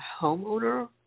homeowner